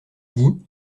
dit